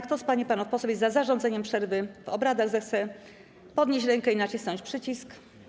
Kto z pań i panów posłów jest za zarządzeniem przerwy w obradach, zechce podnieść rękę i nacisnąć przycisk.